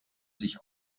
sich